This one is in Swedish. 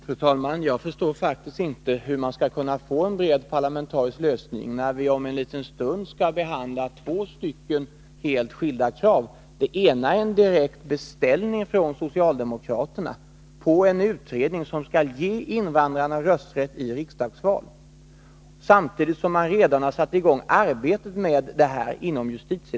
Fru talman! Jag förstår faktiskt inte hur man skall kunna få en bred parlamentarisk lösning när vi om en liten stund skall votera om två helt skilda krav. Det ena är en direkt beställning från socialdemokraterna om en utredning som skall ge invandrarna rösträtt i riksdagsval. Inom justitiedepartementet har man redan satt i gång arbetet med detta.